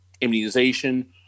immunization